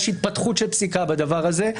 יש התפתחות של פסיקה בדבר הזה.